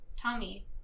Tommy